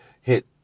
hit